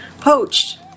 poached